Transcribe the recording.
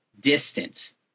distance